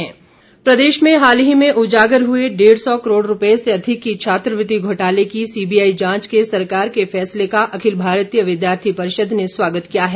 ABVP प्रदेश में हाल ही में उजागर हुए डेढ़ सौ करोड़ रूपए से अधिक के छात्रवृत्ति घोटाले की सीबी आई जांच के सरकार के फैसले का अखिल भारतीय विद्यार्थी परिषद ने स्वागत किया है